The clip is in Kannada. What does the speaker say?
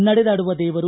ನಡೆದಾಡುವ ದೇವರು